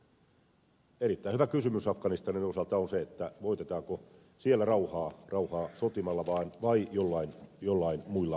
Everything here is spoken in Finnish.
erittäin hyvä kysymys afganistanin osalta on se voitetaanko siellä rauhaa sotimalla vai joillain muilla keinoin